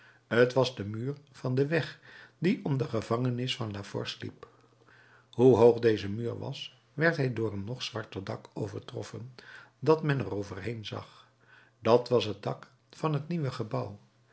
t was de muur van den weg die om de gevangenis van la force liep hoe hoog deze muur was werd hij door een nog zwarter dak overtroffen dat men er overheen zag dat was het dak van het nieuwe gebouw